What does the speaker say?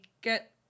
get